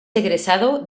egresado